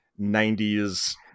90s